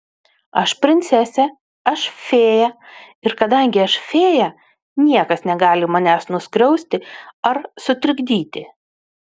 aš princesė aš fėja ir kadangi aš fėja niekas negali manęs nuskriausti ar sutrikdyti